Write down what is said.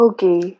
Okay